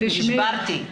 נשברתי.